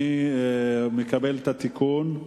אני מקבל את התיקון,